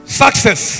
success